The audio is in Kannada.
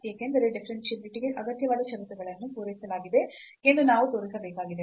ಏಕೆಂದರೆ ಡಿಫರೆನ್ಷಿಯಾಬಿಲಿಟಿ ಗೆ ಅಗತ್ಯವಾದ ಷರತ್ತುಗಳನ್ನು ಪೂರೈಸಲಾಗಿದೆ ಎಂದು ನಾವು ತೋರಿಸಬೇಕಾಗಿದೆ